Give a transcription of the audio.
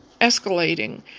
escalating